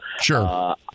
Sure